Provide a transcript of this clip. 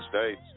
States